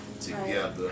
together